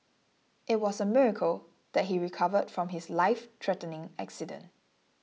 it was a miracle that he recovered from his lifethreatening accident